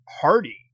hardy